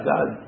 God